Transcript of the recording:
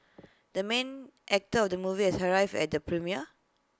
the main actor of the movie has arrived at the premiere